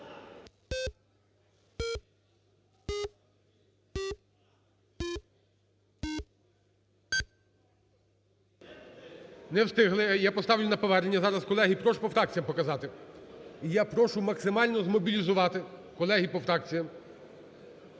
Не встигли. Я поставлю на повернення зараз. Колеги, прошу по фракціям показати. І я прошу максимально змобілізувати, колеги, по фракціям,